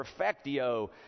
perfectio